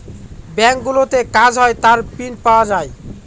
ব্যাঙ্কগুলোতে কাজ হয় তার প্রিন্ট পাওয়া যায়